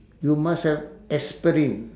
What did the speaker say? you must have aspirin